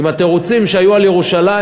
התירוצים שהיו על ירושלים,